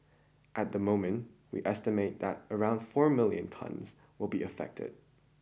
at the moment we estimate that around four million tonnes will be affected